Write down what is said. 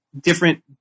different